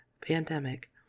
pandemic